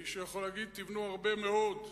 מישהו יכול להגיד: תבנו הרבה מאוד.